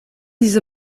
diese